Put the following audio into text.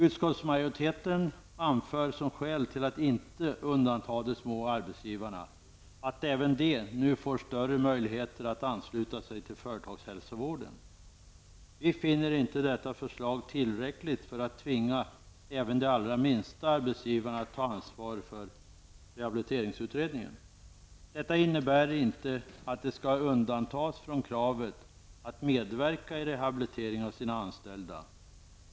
Utskottsmajoriteten anför som skäl till att inte undanta de små arbetsgivarna att även de nu får större möjligheter att ansluta sig till företagshälsovården. Vi finner inte detta förslag tillräckligt för att tvinga även de allra minsta arbetsgivarna att ta ansvar för rehabiliteringsutredningen. Detta innebär inte att de skall undantas från kravet att medverka i rehabilitering av sina anställda.